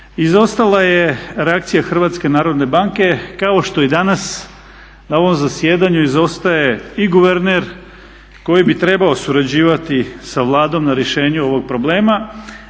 izostala je reakcija HNB-a kao što i danas na ovom zasjedanju izostaje i guverner koji bi trebao surađivati sa Vladom na rješenju ovog problema